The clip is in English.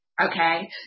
Okay